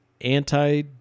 anti